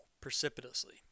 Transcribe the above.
precipitously